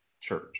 church